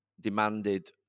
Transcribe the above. demanded